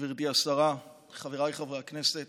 עבור אזרחי ישראל ועבור היהודים אשר בתפוצות.